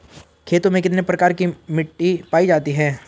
खेतों में कितने प्रकार की मिटी पायी जाती हैं?